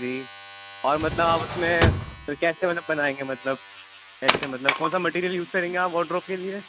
جی اور مطلب آپ اس میں کیسے مطلب بنائیں گے مطلب کیسے مطلب کون سا مٹیریل یوز کریں گے آپ وٹ ڈراپ کے لیے